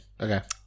okay